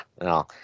no